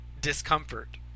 Discomfort